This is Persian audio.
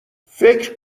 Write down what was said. فکر